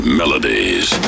melodies